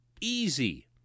easy